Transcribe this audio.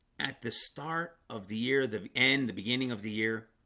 at the start of the year the end the beginning of the year